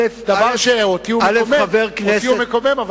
זה דבר שאותי הוא מקומם,